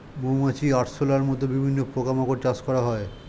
মৌমাছি, আরশোলার মত বিভিন্ন পোকা মাকড় চাষ করা হয়